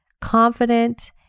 confident